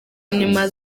nyuma